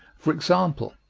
for example,